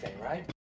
right